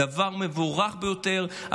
דבר מבורך ביותר,